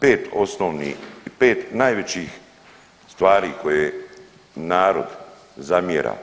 Pet osnovnih, pet najvećih stvari koje narod zamjera